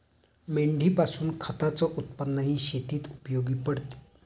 मेंढीपासून खताच उत्पन्नही शेतीत उपयोगी पडते